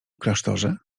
klasztorze